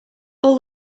all